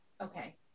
okay